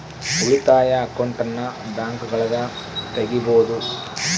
ಉಳಿತಾಯ ಅಕೌಂಟನ್ನ ಬ್ಯಾಂಕ್ಗಳಗ ತೆಗಿಬೊದು